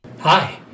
Hi